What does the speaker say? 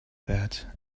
that